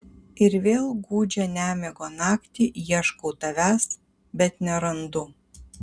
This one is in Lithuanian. ir vėl gūdžią nemigo naktį ieškau tavęs bet nerandu